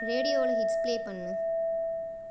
ரேடியோவில் hits play பண்ணு